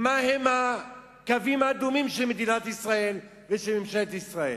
מהם הקווים האדומים של מדינת ישראל ושל ממשלת ישראל.